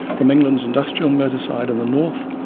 from england's industrial merseyside in the north,